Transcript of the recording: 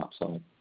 upside